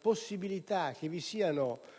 possibilità che vi siano